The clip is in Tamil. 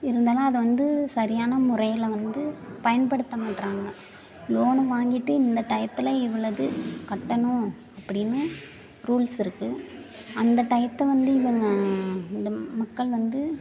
இருந்தாலும் அதை வந்து சரியான முறையில் வந்து பயன்படுத்த மாட்டேறாங்க லோன் வாங்கிட்டு இந்த டயத்தில் இவ்வளது கட்டணும் அப்படினு ரூல்ஸ் இருக்குது அந்த டயத்தை வந்து இவங்க இந்த மக்கள் வந்து